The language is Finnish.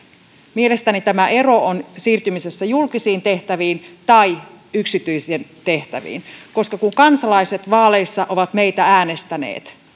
mielestäni tämä ero on siirtymisessä julkisiin tehtäviin tai yksityisiin tehtäviin koska kun kansalaiset vaaleissa ovat meitä äänestäneet